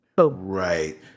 Right